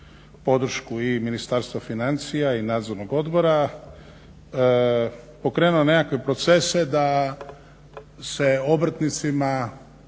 i Ministarstva financija i nadzornog odbora pokrenulo nekakve procese da se obrtnicima,